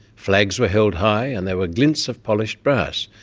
flags were held high, and there were glints of polished brass.